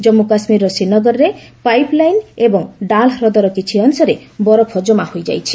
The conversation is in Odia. ଜନ୍ମୁ କାଶ୍ମୀରର ଶ୍ରୀନଗରରେ ପାଇପ୍ ଲାଇନ୍ ଏବଂ ଡାଲ୍ ହ୍ରଦର କିଛି ଅଂଶରେ ବରଫ କମା ହୋଇଯାଇଛି